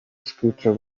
scooter